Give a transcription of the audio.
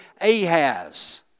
Ahaz